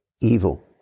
evil